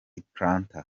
atlanta